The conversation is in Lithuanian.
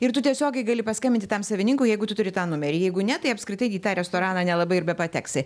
ir tu tiesiogiai gali paskambinti tam savininkui jeigu tu turi tą numerį jeigu ne tai apskritai į tą restoraną nelabai ir bepateksi